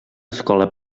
escola